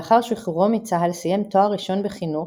לאחר שחררו מצה"ל סיים תואר ראשון בחינוך,